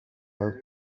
are